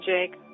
Jake